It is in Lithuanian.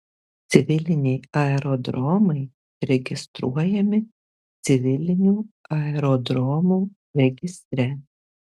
civiliniai aerodromai registruojami civilinių aerodromų registre